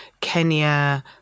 Kenya